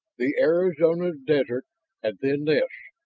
the arizona desert and then this!